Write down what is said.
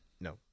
no